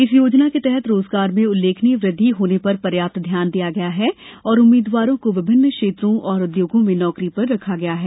इस योजना के तहत रोजगार में उल्लेखनीय वृद्धि होने पर पर्याप्त ध्यान दिया गया है और उम्मीदवारों को विभिन्न क्षेत्रों और उद्योगों में नौकरी पर रखा गया है